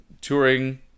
touring